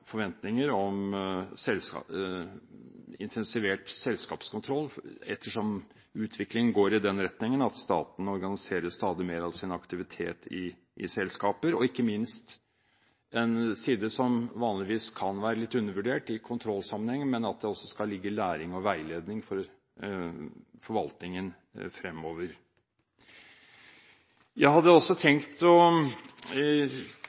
forventninger om intensivert selskapskontroll, ettersom utviklingen går i den retningen at staten organiserer stadig mer av sin aktivitet i selskaper, og ikke minst en side som vanligvis kan være litt undervurdert i kontrollsammenheng, at det også skal ligge læring og veiledning for forvaltningen